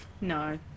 No